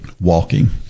Walking